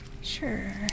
Sure